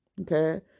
Okay